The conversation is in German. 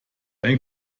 ein